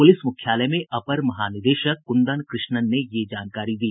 police मुख्यालय में अपर महानिदेशक कृंदन कृष्णन ने ये जानकारी दी